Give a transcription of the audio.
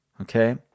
okay